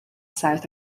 south